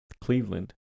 Cleveland